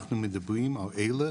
אנחנו מדברים על אלה